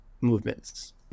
movements